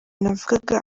navuga